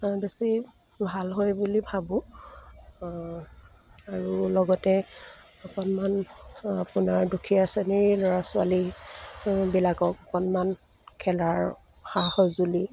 বেছি ভাল হয় বুলি ভাবোঁ আৰু লগতে অকণমান আপোনাৰ দুখীয়া শ্ৰেণীৰ ল'ৰা ছোৱালীবিলাকক অকণমান খেলাৰ সা সঁজুলি